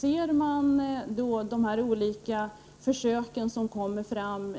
Ser man de olika uppgifter om försök som kommer fram